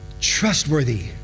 Trustworthy